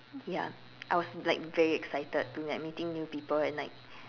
yeah I was like very excited to like meeting new people and like